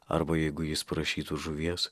arba jeigu jis prašytų žuvies